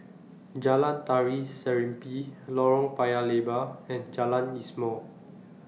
Jalan Tari Serimpi Lorong Paya Lebar and Jalan Ismail